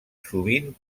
sovint